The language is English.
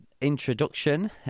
introduction